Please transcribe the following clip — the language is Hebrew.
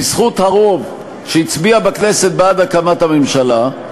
בזכות הרוב שהצביע בכנסת בעד הקמת הממשלה,